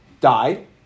died